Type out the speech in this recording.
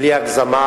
בלי הגזמה,